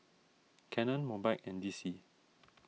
Canon Mobike and D C